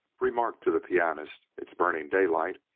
remarked to the pianist, it's burning daylight,